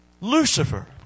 Lucifer